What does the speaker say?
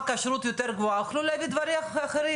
הכשרות יותר גבוהה יוכלו להביא דברים אחרים.